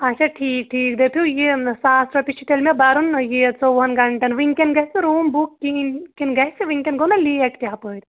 اچھا ٹھیٖک ٹھیٖک دٔپِو یہِ ساس رۄپیہِ چھِ تیٚلہِ مےٚ بَرُن یہِ ژوٚوُہَن گٲنٛٹَن وٕںۍکٮ۪ن گَژھہِ نہٕ روٗم بُک کِہیٖنۍ کِنہٕ گَژھہِ وٕنۍکٮ۪ن گوٚو نا لیٹ تہِ ہُپٲرۍ